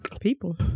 People